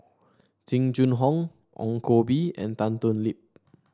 Jing Jun Hong Ong Koh Bee and Tan Thoon Lip